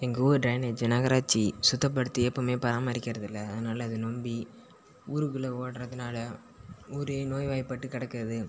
எங்கள் ஊர் ட்ரைனேஜ் நகராட்சி சுத்தப்படுத்தி எப்போமே பராமரிக்கிறது இல்லை அதனால அது ரெம்பி ஊருக்குள்ள ஓட்டுறதுனால ஊரே நோய் வாய்பட்டு கிடக்கறது